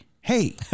Hey